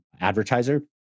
advertiser